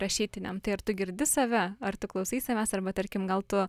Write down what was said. rašytiniam tai ar tu girdi save ar tu klausai savęs arba tarkim gal tu